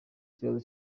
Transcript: ikibazo